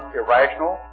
irrational